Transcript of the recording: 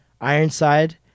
Ironside